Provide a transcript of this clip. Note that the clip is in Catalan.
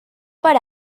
per